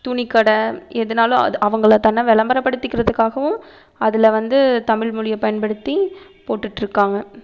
துணிக்கடை எதுன்னாலும் அது அவங்கள தன்னை விளம்பரப் படுத்திக்கிறதுக்காகவும் அதில் வந்து தமிழ்மொழியை பயன்படுத்தி போட்டுகிட்ருக்காங்க